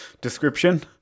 description